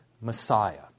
Messiah